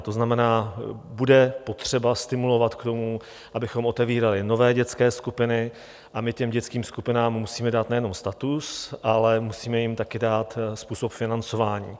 To znamená, bude potřeba stimulovat k tomu, abychom otevírali nové dětské skupiny, a my těm dětským skupinám musíme dát nejenom status, ale musíme jim také dát způsob financování.